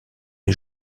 les